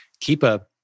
Keepa